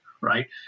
right